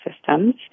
systems